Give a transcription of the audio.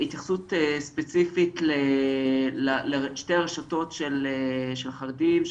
התייחסות ספציפית לשתי הרשתות של החרדים,